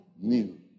new